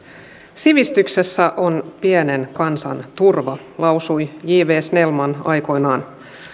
sivistyksessä on pienen kansan turva lausui j viiden snellman aikoinaan